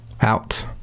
out